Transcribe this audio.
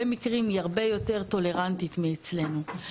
מקרים היא הרבה יותר טולרנטית מאצלנו.